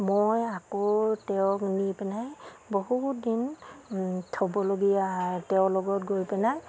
মই আকৌ তেওঁক নি পিনে বহুত দিন থ'বলগীয়া তেওঁৰ লগত গৈ পেলাই